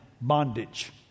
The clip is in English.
bondage